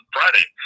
Friday